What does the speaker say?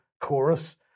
chorus